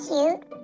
Cute